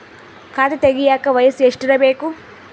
ಖಾತೆ ತೆಗೆಯಕ ವಯಸ್ಸು ಎಷ್ಟಿರಬೇಕು?